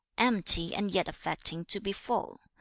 empty and yet affecting to be full,